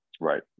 Right